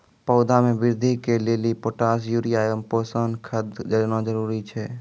पौधा मे बृद्धि के लेली पोटास यूरिया एवं पोषण खाद देना जरूरी छै?